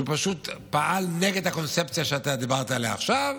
שפשוט פעל נגד הקונספציה שאתה דיברת עליה עכשיו,